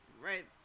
right